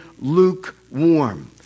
lukewarm